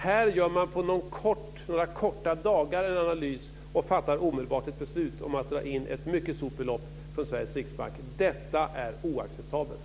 Här gör man på några korta dagar en analys och fattar omedelbart ett beslut om att dra in ett mycket stort belopp från Sveriges riksbank. Detta är oacceptabelt.